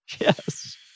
Yes